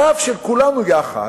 הרב של כולנו יחד,